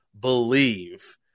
believe